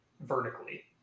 Vertically